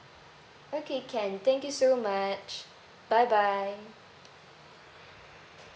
okay can thank you so much bye bye